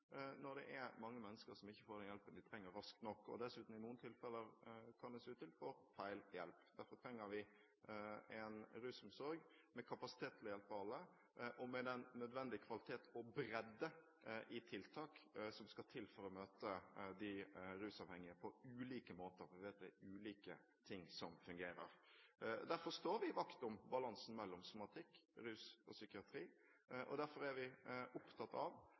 når det er mange mennesker som ikke raskt nok får den hjelpen de trenger, og som i noen tilfeller dessuten ser ut til å få feil hjelp. Derfor trenger vi en rusomsorg med kapasitet til å hjelpe alle og med den nødvendige kvalitet og bredde i tiltak som skal til for å møte de rusavhengige på ulike måter, for vi vet at det er ulike ting som fungerer. Derfor står vi vakt om balansen mellom somatikk, rus og psykiatri, og derfor er vi opptatt av